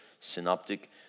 synoptic